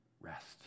rest